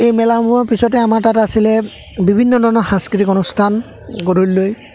এই মেলাসমূহৰ পিছতে আমাৰ তাত আছিলে বিভিন্ন ধৰণৰ সাংস্কৃতিক অনুষ্ঠান গধূলিলৈ